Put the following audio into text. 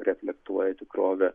reflektuoja tikrovę